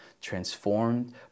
transformed